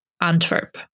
antwerp